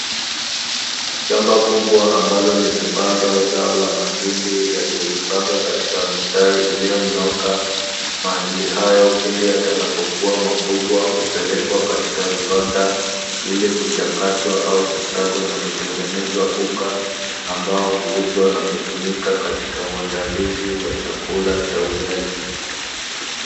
Shamba kubwa ambalo limepandwa zao la mahindi yaliyojipanga katika mistari iliyonyooka, mahindi hayo pindi yatakapokuwa makubwa hupelekwa katika viwanda ili kuchakatwa au kusagwa na kutengenezwa unga ambao huuzwa na kutumika katika uandalizi wa chakula cha ugali.